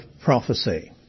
prophecy